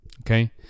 okay